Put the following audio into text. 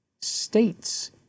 States